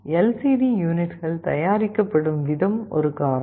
LCD யூனிட்கள் தயாரிக்கப்படும் விதம் ஒரு காரணம்